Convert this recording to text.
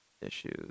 issues